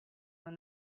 when